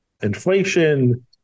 inflation